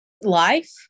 life